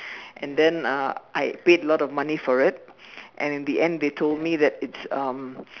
and then uh I paid a lot of money for it and in the end they told me that it's um